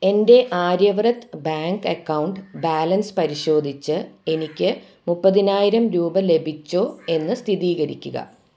എൻ്റെ Aryavrat bank account balance പരിശോധിച്ച് എനിക്ക് മുപ്പതിനായിരം രൂപ ലഭിച്ചോ എന്ന് സ്ഥിരീകരിക്കുക